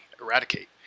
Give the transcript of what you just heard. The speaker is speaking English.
eradicate